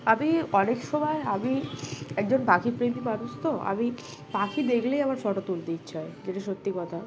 আমি অনেক সময় আমি একজন পাখি প্রেমী মানুষ তো আমি পাখি দেখলেই আমার ফটো তুলতে ইচ্ছা হয় যেটা সত্যি কথা